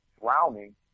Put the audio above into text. drowning